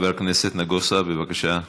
חבר הכנסת נגוסה, בבקשה.